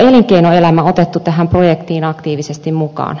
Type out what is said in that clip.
onko elinkeinoelämä otettu tähän projektiin aktiivisesti mukaan